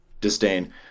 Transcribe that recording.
disdain